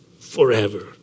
forever